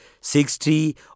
sixty